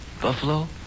Buffalo